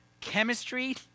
chemistry